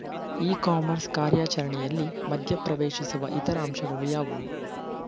E commerce ಕಾರ್ಯಾಚರಣೆಯಲ್ಲಿ ಮಧ್ಯ ಪ್ರವೇಶಿಸುವ ಇತರ ಅಂಶಗಳು ಯಾವುವು?